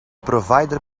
provider